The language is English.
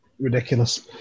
Ridiculous